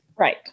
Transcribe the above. Right